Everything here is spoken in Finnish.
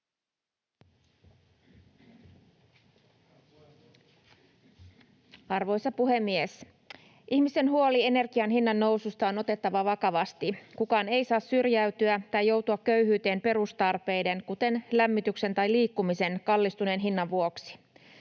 Arvoisa puhemies! Ihmisten huoli energian hinnannoususta on otettava vakavasti. Kukaan ei saa syrjäytyä tai joutua köyhyyteen perustarpeiden, kuten lämmityksen tai liikkumisen, kallistuneen hinnan vuoksi.